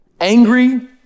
angry